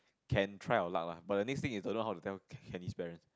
can try our luck lah but the next thing is I don't know how to tell Candy's parents